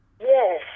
Yes